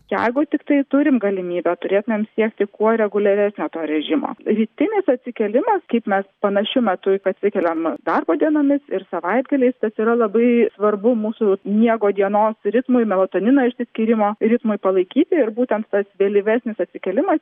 jeigu tiktai turim galimybę turėtumėm siekti kuo reguliaresnė to režimo rytinis atsikėlimas kaip mes panašiu metu juk atsikeliam darbo dienomis ir savaitgaliais tas yra labai svarbu mūsų miego dienos ritmui melatonino išsiskyrimo ritmui palaikyti ir būtent tas vėlyvesnis atsikėlimas